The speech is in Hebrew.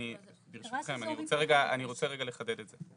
ברשותכם, אני רוצה לחדד את זה,